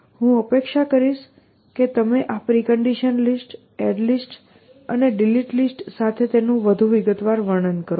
હું અપેક્ષા કરીશ કે તમે આ પ્રિકન્ડિશન લિસ્ટ એડ લિસ્ટ અને ડિલીટ લિસ્ટ સાથે તેનું વધુ વિગતવાર વર્ણન કરો